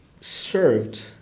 served